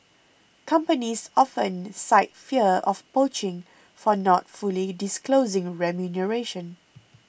companies often cite fear of poaching for not fully disclosing remuneration